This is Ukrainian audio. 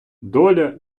доля